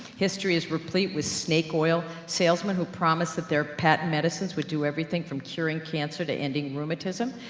history is replete with snake oil salesmen, who promised, that their patent medicines would do everything from curing cancer to ending rheumatism.